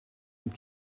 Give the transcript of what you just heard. ond